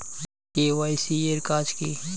KYC এর কাজ কি?